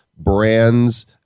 brands